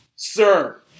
Sir